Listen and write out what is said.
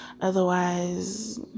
otherwise